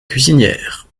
cuisinière